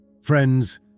Friends